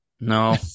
No